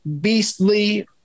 Beastly